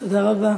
תודה רבה.